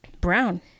brown